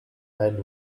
and